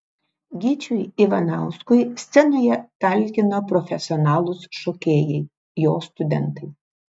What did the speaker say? gyčiui ivanauskui scenoje talkino profesionalūs šokėjai jo studentai